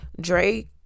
Drake